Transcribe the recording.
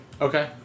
Okay